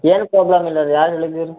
ಏನೂ ಪ್ರಾಬ್ಲಮ್ ಇಲ್ಲ ರೀ ಯಾರು ಹೇಳಿದ್ದು